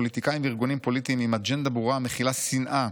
פוליטיקאים וארגונים פוליטיים עם אג'נדה ברורה המכילה שנאה,